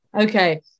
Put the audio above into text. Okay